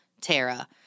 Tara